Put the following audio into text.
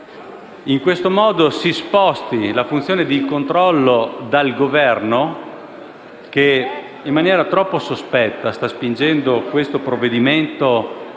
in questo modo si sposti la funzione di controllo dal Governo, che in maniera troppo sospetta sta spingendo questo provvedimento